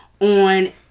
on